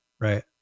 Right